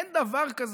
אין דבר כזה.